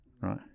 right